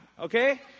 okay